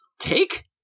Take